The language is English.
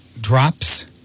drops